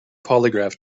polygraph